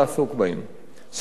סוגיות של שוויון,